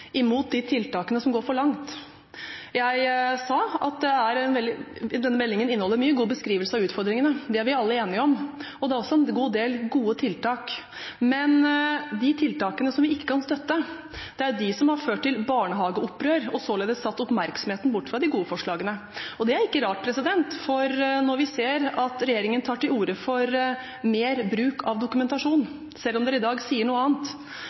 imot de tiltakene som går for langt. Jeg sa at denne meldingen inneholder mye god beskrivelse av utfordringene – det er vi alle enige om – og det er også en god del gode tiltak. De tiltakene som vi ikke kan støtte, er de som har ført til barnehageopprør – og således har tatt oppmerksomheten bort fra de gode forslagene. Det er ikke rart, for når vi ser at regjeringen tar til orde for mer bruk av dokumentasjon – selv om en i dag sier noe annet